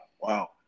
wow